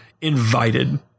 invited